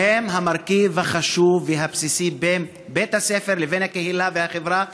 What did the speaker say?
והם המרכיב החשוב והבסיסי בין בית הספר לבין הקהילה והחברה,